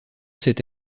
cette